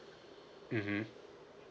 mmhmm